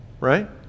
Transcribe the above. Right